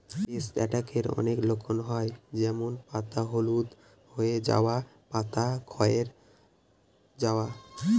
paste অ্যাটাকের অনেক লক্ষণ হয় যেমন পাতা হলুদ হয়ে যাওয়া, পাতা ক্ষয়ে যাওয়া